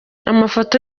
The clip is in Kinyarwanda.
amafoto